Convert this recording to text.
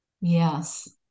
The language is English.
Yes